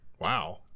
wow